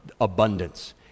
abundance